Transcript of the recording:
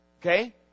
Okay